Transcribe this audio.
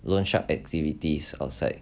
loan shark activities outside